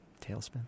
tailspin